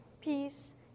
peace